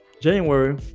January